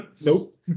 Nope